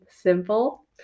simple